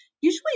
Usually